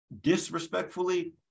disrespectfully